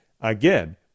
Again